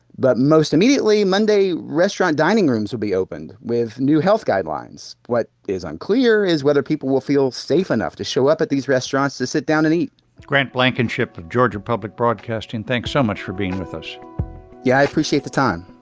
but most immediately, monday, restaurant dining rooms will be opened with new health guidelines. what is unclear is whether people will feel safe enough to show up at these restaurants to sit down and eat grant blankenship of georgia public broadcasting, thanks so much for being with us yeah, i appreciate the time